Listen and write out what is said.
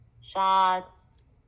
Shots